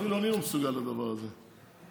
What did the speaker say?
אפילו אני לא מסוגל לדבר הזה,